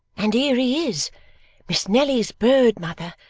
and here he is miss nelly's bird, mother,